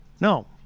No